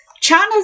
China